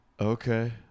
Okay